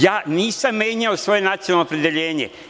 Ja nisam menjao svoje nacionalno opredeljenje.